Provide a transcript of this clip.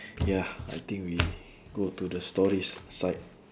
ya I think we go to the stories side